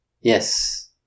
Yes